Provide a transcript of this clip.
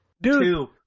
Dude